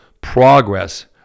progress